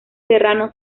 serrano